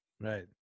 Right